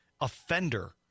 offender